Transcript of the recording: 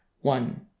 one